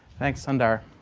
thanks, sundar.